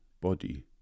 body